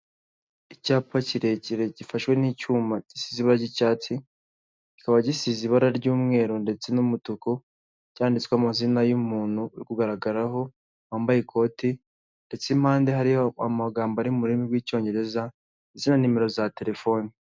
Icyapa kirekire gifashwe n'icyuma gisize ibara ry'icyatsi, kikaba gisize ibara ry'umweru ndetse n'umutuku cyanditsweho amazina y'umuntu uri kugaragaraho wambaye ikote, ndetse impande hariho amagambo ari mu rurimi rw'icyongereza, ndetse na nimero za telefone.